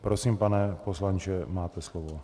Prosím, pane poslanče, máte slovo.